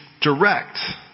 direct